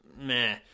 meh